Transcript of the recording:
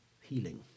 healing